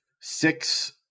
six